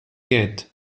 get